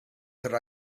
that